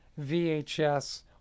VHS